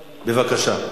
בבקשה.